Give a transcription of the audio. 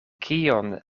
kion